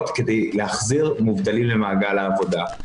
כדי להחזיר מובטלים למעגל העבודה.